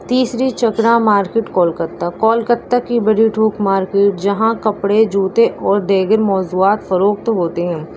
تیسری چکرا مارکیٹ کولکتا کولکتا کی بڑی تھوک مارکیٹ جہاں کپڑے جوتے اور دیگر موضوعات فروخت ہوتے ہیں